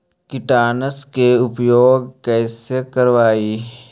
कीटनाशक के उपयोग कैसे करबइ?